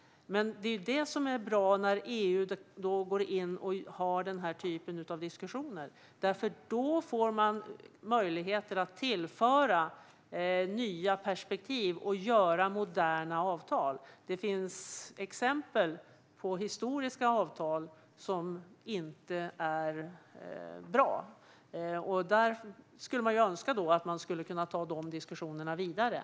Men då är det bra när EU går in och för denna typ av diskussioner, eftersom man då får möjligheter att tillföra nya perspektiv och göra moderna avtal. Det finns exempel på historiska avtal som inte är bra. Där skulle man önska att man skulle kunna ta dessa diskussioner vidare.